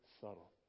subtle